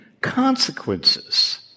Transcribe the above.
consequences